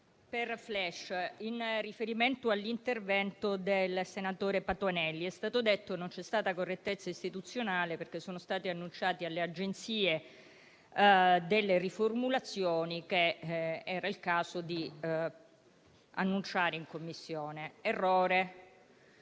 luogo, con riferimento all'intervento del senatore Patuanelli, è stato detto che non c'è stata correttezza istituzionale, perché sono state annunciate alle agenzie alcune riformulazioni che era il caso di annunciare in Commissione. Errore: